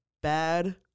bad